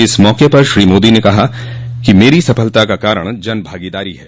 इस मौके पर श्री मोदी कहा कि मेरी सफलता का कारण जन भागीदारी है